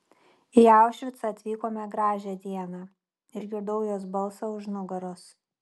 į aušvicą atvykome gražią dieną išgirdau jos balsą už nugaros